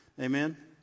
Amen